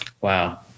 Wow